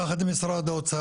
יחד עם משרד השיכון